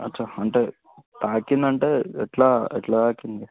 అచ్చా అంటే తాకిందంటే ఎట్లా ఎట్లా తాకింది